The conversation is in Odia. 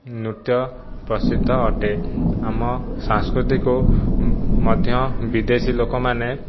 ନୃତ୍ୟ ପ୍ରସିଦ୍ଧ ଅଟେ ଆମ ସଂସ୍କୃତିକୁ ମଧ୍ୟ ବିଦେଶୀ ଲୋକମାନେ